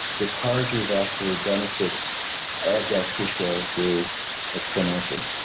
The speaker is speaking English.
the cardiovascular benefits of that fish oil go exponentially.